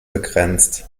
begrenzt